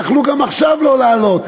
יכלו גם עכשיו לא להעלות.